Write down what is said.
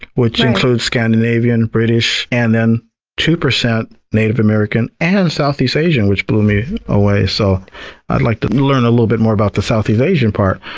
which includes scandinavian, british, and then two percent native american and southeast asian, which blew me away. so i'd like to learn a little bit more about the southeast asian part,